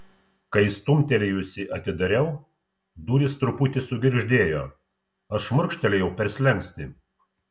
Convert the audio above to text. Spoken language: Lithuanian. kai stumtelėjusi atidariau durys truputį sugirgždėjo aš šmurkštelėjau per slenkstį